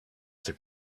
other